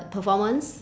performance